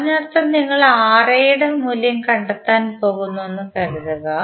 അതിനർത്ഥം നിങ്ങൾ Ra യുടെ മൂല്യം കണ്ടെത്താൻ പോകുന്നുവെന്ന് കരുതുക